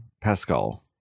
Pascal